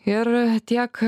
ir tiek